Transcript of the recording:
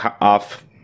off